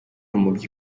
mubyo